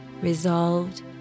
resolved